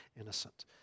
innocent